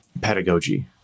pedagogy